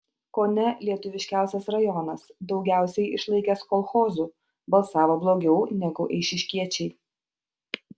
ko ne lietuviškiausias rajonas daugiausiai išlaikęs kolchozų balsavo blogiau negu eišiškiečiai